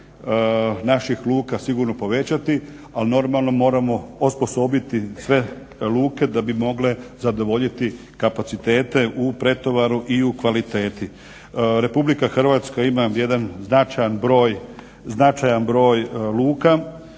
naših luka sigurno povećati ali normalno moramo osposobiti sve luke da bi mogle zadovoljiti kapacitete u pretovaru i u kvaliteti. RH ima jedan značajan broj luka